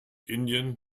indien